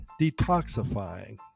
detoxifying